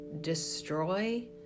destroy